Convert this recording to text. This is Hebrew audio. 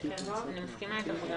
לתיקון ולקיום תוקפן